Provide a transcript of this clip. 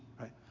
right